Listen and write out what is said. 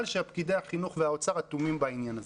שפקידי החינוך והאוצר אטומים בעניין הזה.